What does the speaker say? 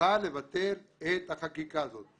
נוכל לבטל את החקיקה הזאת.